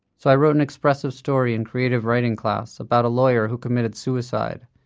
so i wrote an expressive story in creative writing class about a lawyer who committed suicide.